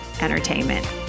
entertainment